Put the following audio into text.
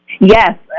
Yes